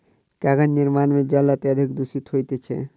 कागजक निर्माण मे जल अत्यधिक दुषित होइत छै